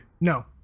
No